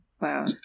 Wow